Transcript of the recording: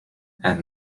and